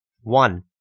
One